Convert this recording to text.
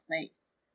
place